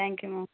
thank you ma'am